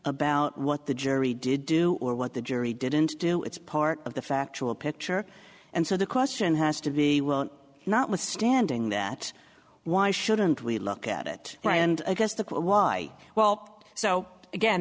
about what the jury did do or what the jury didn't do its part of the factual picture and so the question has to be notwithstanding that why shouldn't we look at it and i guess the why welp so again